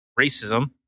racism